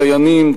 דיינים,